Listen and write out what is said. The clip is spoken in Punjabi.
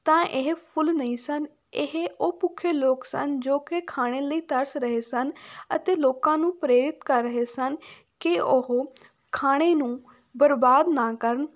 ਤਾਂ ਇਹ ਫੁੱਲ ਨਹੀਂ ਸਨ ਇਹ ਉਹ ਭੁੱਖੇ ਲੋਕ ਸਨ ਜੋ ਕਿ ਖਾਣੇ ਲਈ ਤਰਸ ਰਹੇ ਸਨ ਅਤੇ ਲੋਕਾਂ ਨੂੰ ਪ੍ਰੇਰਿਤ ਕਰ ਰਹੇ ਸਨ ਕਿ ਉਹ ਖਾਣੇ ਨੂੰ ਬਰਬਾਦ ਨਾ ਕਰਨ